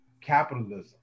capitalism